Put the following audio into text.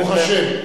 ברוך השם.